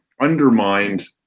undermined